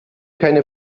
keine